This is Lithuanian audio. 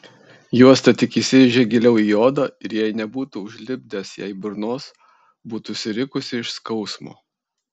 juosta tik įsirėžė giliau į odą ir jei nebūtų užlipdęs jai burnos būtų surikusi iš skausmo